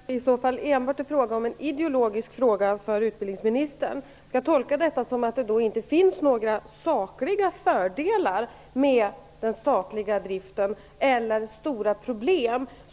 Herr talman! Jag konstaterar att det i så fall enbart handlar om en ideologisk fråga för utbildningsministern. Skall jag tolka detta så att det inte finns några sakliga fördelar eller stora problem med den statliga driften